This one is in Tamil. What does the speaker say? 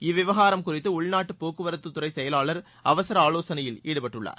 இவ்விவகாரம் குறித்து உள்நாட்டு போக்குவரத்துத்துறை செயலாளர் அவரச ஆலோசனையில் ஈடுபடவுள்ளார்